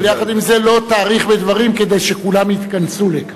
ויחד עם זה לא תאריך בדברים כדי שכולם יתכנסו לכאן.